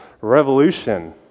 revolution